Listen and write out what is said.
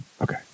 Okay